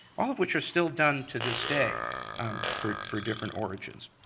all of which are still done to this day for for different origins.